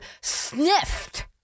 sniffed